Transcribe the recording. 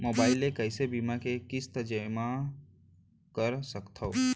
Mobile ले कइसे बीमा के किस्ती जेमा कर सकथव?